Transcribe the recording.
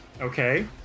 Okay